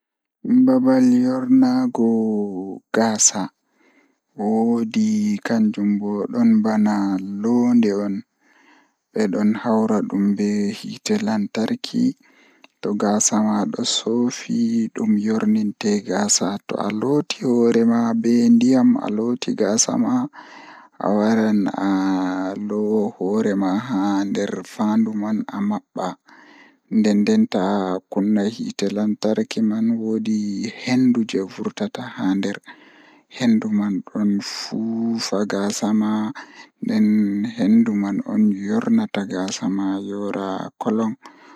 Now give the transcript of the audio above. Máyusinii vaccum ɗum ɗum waɗata tuɓɓaade coofe e pellel kadi jaawnde. Ko ɗum waɗata ngam maɓɓe ɗaɓɓude e ɗum, waɗtiɗa seeda ngal. O tuɓɓata coofe ɗum moƴƴo ngam pellel ngii e.